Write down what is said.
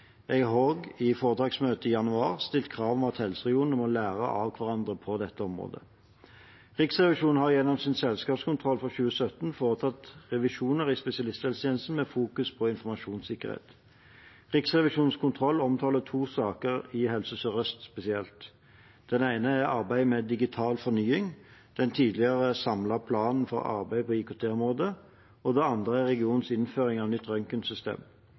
i foretaksmøtet i januar – stilt krav om at helseregionene må lære av hverandre på dette området. Riksrevisjonen har gjennom sin selskapskontroll for 2017 foretatt revisjoner i spesialisthelsetjenesten med fokus på informasjonssikkerhet. Riksrevisjonens kontroll omtaler to saker i Helse Sør-Øst spesielt. Den ene er arbeidet med Digital fornying, den tidligere samlede planen for arbeid på IKT-området. Den andre er regionens innføring av nytt